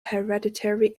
hereditary